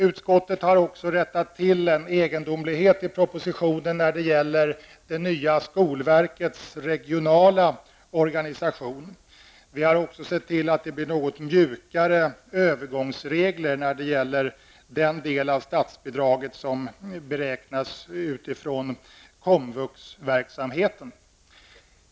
Utskottet har också rättat till en egendomlighet i propositionen när det gäller det nya skolverkets regionala organisation. Vi har också sett till att det blir något mjukare övergångsregler när det gäller den del av statsbidraget som beräknas utifrån komvuxverksamheten.